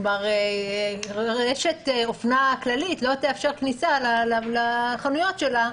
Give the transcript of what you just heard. כבר רשת אופנה כללית לא תאפשר כניסה לחנויות שלה,